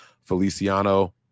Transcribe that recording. feliciano